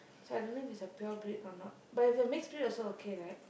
so I don't know if it's a pure breed or not but if it's a mixed breed also okay right